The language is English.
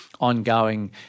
ongoing